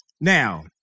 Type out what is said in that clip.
Now